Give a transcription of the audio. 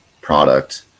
product